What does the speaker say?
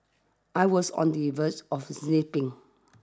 I was on the verge of snapping